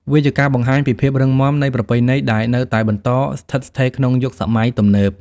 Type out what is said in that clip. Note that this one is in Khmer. វាជាការបង្ហាញពី ភាពរឹងមាំនៃប្រពៃណី ដែលនៅតែបន្តស្ថិតស្ថេរក្នុងយុគសម័យទំនើប។